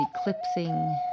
eclipsing